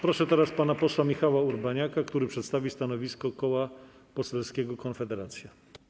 Proszę teraz pana posła Michała Urbaniaka, który przedstawi stanowisko Koła Poselskiego Konfederacja.